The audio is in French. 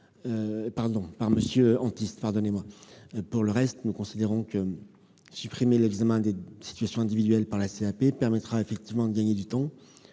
Jasmin et M. Antiste. Pour le reste, nous considérons que supprimer l'examen des situations individuelles par la CAP permettra effectivement de gagner du temps